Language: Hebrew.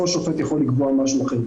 כל שופט יכול לקבוע משהו אחר.